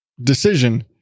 decision